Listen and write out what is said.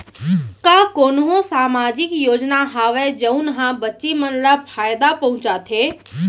का कोनहो सामाजिक योजना हावय जऊन हा बच्ची मन ला फायेदा पहुचाथे?